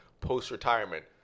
post-retirement